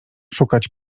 szukać